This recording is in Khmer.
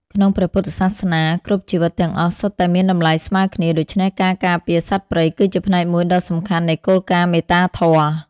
ក្នុងព្រះពុទ្ធសាសនា គ្រប់ជីវិតទាំងអស់សុទ្ធតែមានតម្លៃស្មើគ្នា ដូច្នេះការការពារសត្វព្រៃគឺជាផ្នែកមួយដ៏សំខាន់នៃគោលការណ៍មេត្តាធម៌។